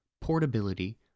portability